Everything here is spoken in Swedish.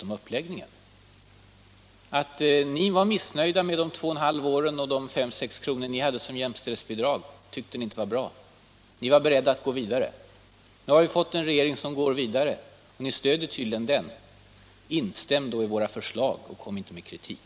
om uppläggningen. Ni var missnöjda med två och ett halvt år med den gamla regeringen och de 5-6 kr. ni hade som jämställdhetsbidrag. Ni tyckte inte att det var bra. Ni var beredda att gå vidare, säger Anna-Greta Leijon i dag. Nu har vi fått en regering som går vidare. Ni stödjer tydligen den. Instäm då i våra förslag och kom inte med kritik!